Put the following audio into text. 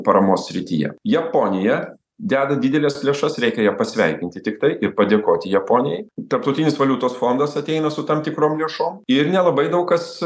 paramos srityje japonija deda dideles lėšas reikia ją pasveikinti tiktai padėkoti japonijai tarptautinis valiutos fondas ateina su tam tikrom lėšom ir nelabai daug kas